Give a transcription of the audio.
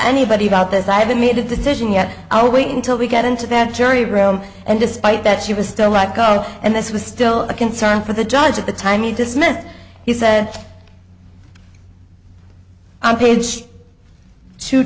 anybody about this i haven't made a decision yet i will wait until we get into that jury room and despite that she was still not god and this was still a concern for the judge at the time he dismissed he said on page two